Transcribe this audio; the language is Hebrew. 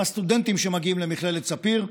הם הסטודנטים שמגיעים למכללת ספיר,